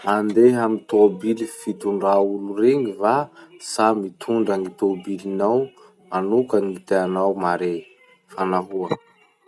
Mandeha amy tobily fitondrà olo regny va sa mitondra gny tobilinao manoka gny tianao mare? Fa nahoa?